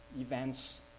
events